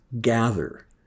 gather